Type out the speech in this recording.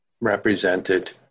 represented